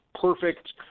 perfect